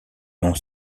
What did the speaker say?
n’ont